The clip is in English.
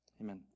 Amen